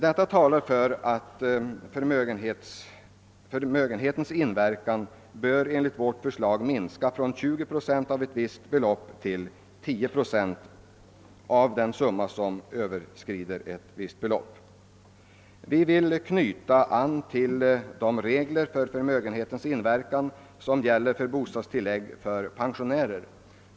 Vad jag här har framhållit talar för att förmögenhetens inverkan enligt vårt förslag bör minska från 20 procent till 10 procent av den summa som överskrider ett visst förmögenhetsbelopp. Vi vill knyta an till de regler för förmögenhetens inverkan som gäller för bostadstilllägg för pensionärer.